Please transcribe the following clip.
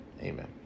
Amen